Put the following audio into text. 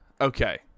okay